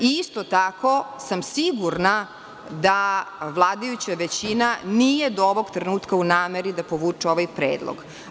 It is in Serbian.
Isto tako sam sigurna da vladajuća većina nije do ovog trenutka u nameri da povuče ovaj predlog.